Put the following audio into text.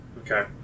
Okay